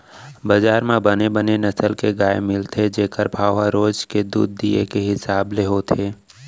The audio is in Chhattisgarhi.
बजार म बने बने नसल के गाय मिलथे जेकर भाव ह रोज के दूद दिये के हिसाब ले होथे